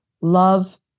love